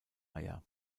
eier